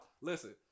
listen